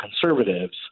conservatives